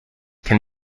can